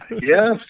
Yes